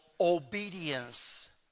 obedience